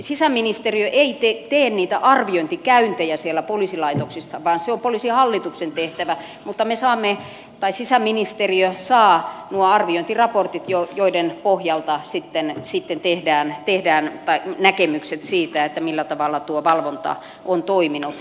sisäministeriö ei tee niitä arviointikäyntejä siellä poliisilaitoksissa vaan se on poliisihallituksen tehtävä mutta sisäministeriö saa nuo arviointiraportit joiden pohjalta sitten tehdään näkemykset siitä millä tavalla tuo valvonta on toiminut